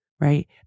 right